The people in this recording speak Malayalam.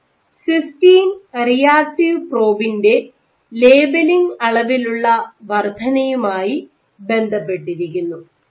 ഇത് സിസ്റ്റൈൻ റിയാക്ടീവ് പ്രോബിന്റെ ലേബലിംഗ് അളവിലുള്ള വർദ്ധനയുമായി ബന്ധപ്പെട്ടിരിക്കുന്നു